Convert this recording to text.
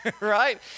right